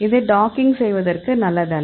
இது டாக்கிங் செய்வதற்கு நல்லதல்ல